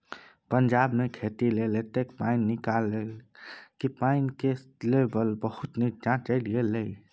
पंजाब मे खेती लेल एतेक पानि निकाललकै कि पानि केर लेभल बहुत नीच्चाँ चलि गेलै